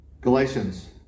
Galatians